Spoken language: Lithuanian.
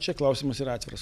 čia klausimas yra atviras